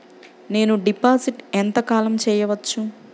నేను డిపాజిట్ ఎంత కాలం చెయ్యవచ్చు?